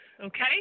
okay